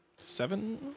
Seven